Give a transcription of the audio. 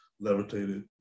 levitated